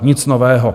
Nic nového.